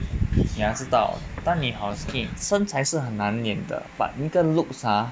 你要知道当你好身材是很难练的 but 那个 looks ah